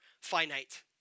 finite